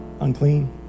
unclean